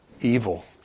evil